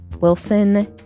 Wilson